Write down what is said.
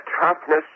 toughness